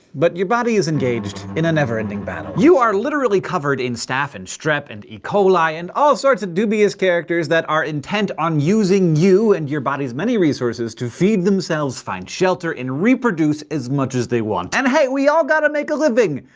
but your body is engaged in a never-ending battle. you are literally covered in staph and strep and e coli, and all sorts of dubious characters that are intent on using you, and your body's many resources, to feed themselves, find shelter, and reproduce as much as they want. and, hey, we all gotta make a living.